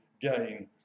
gain